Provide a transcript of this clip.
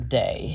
day